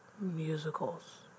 musicals